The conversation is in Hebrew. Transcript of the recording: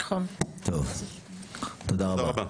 תודה רבה.